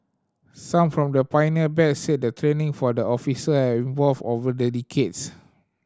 some from the pioneer batch said the training for officer has evolved over the decades